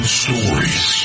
stories